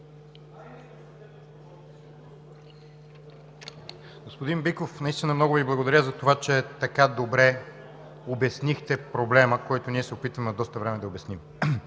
Господин Биков, наистина много Ви благодаря за това, че така добре обяснихте проблема, който ние се опитваме от доста време да обясним.